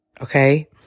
Okay